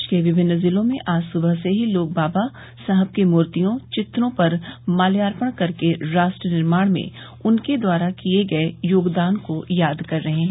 प्रदेश के विभिन्न जिलों में आज सुबह से ही लोग बाबा साहब के मूर्तियों चित्रों पर माल्यार्पण करके राष्ट्र निर्माण में उनके द्वारा किए गये योगदान को याद कर रहे हैं